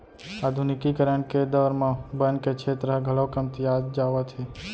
आधुनिकीकरन के दौर म बन के छेत्र ह घलौ कमतियात जावत हे